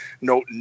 no